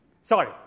Sorry